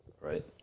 right